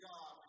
God